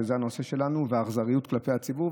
שזה הנושא שלנו והאכזריות כלפי הציבור,